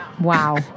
Wow